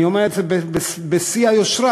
אני אומר את זה בשיא היושרה,